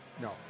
No